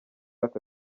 aka